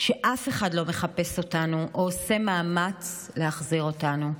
שאף אחד לא מחפש אותנו או עושה מאמץ להחזיר אותנו.